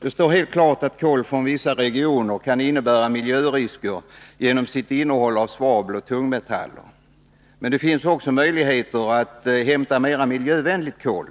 Det står helt klart att kol från vissa regioner kan innebära miljörisker genom sitt innehåll av svavel och tungmetaller. Men det finns också möjligheter att hämta mera miljövänligt kol.